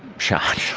shot